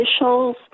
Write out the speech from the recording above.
officials